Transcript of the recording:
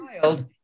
child